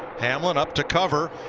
hamlin up to cover,